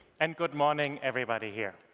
and good morning, everybody here.